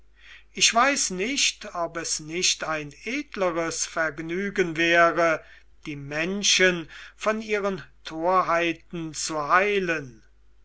ich weiß nicht ob es nicht ein edleres vergnügen wäre die menschen von ihren torheiten zu heilen